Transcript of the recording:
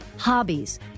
hobbies